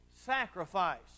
sacrifice